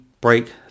break